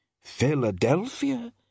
Philadelphia